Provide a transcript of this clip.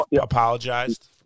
apologized